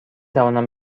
توانم